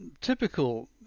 typical